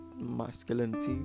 masculinity